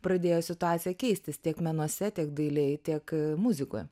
pradėjo situacija keistis tiek menuose tiek dailėj tiek muzikoj